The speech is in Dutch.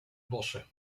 bossen